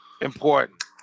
important